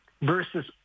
versus